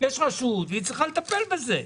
יש רשות והיא צריכה לטפל בזה.